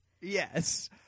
Yes